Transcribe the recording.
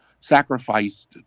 sacrificed